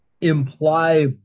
Imply